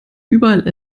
überall